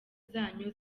zanyu